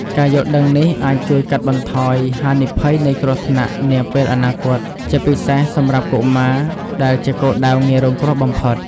ការយល់ដឹងនេះអាចជួយកាត់បន្ថយហានិភ័យនៃគ្រោះថ្នាក់នាពេលអនាគត ជាពិសេសសម្រាប់កុមារ ដែលជាគោលដៅងាយរងគ្រោះបំផុត។